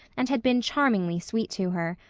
and had been charmingly sweet to her.